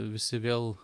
visi vėl